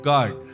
God